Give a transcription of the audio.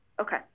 Okay